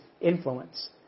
influence